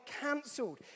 cancelled